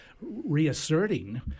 reasserting